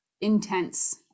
intense